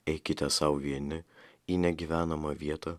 eikite sau vieni į negyvenamą vietą